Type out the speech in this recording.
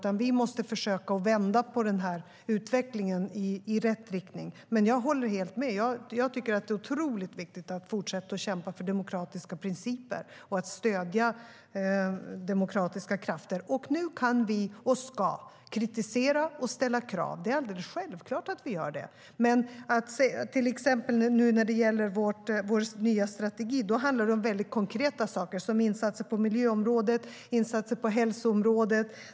Vi måste försöka vända utvecklingen till rätt riktning. Men jag håller helt med om att det är otroligt viktigt att fortsätta kämpa för demokratiska principer och att stödja demokratiska krafter. Nu kan och ska vi kritisera och ställa krav. Det är alldeles självklart att vi ska göra det, men när det gäller vår nya strategi handlar det om väldigt konkreta saker, till exempel insatser på miljöområdet och insatser på hälsoområdet.